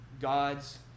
God's